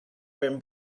been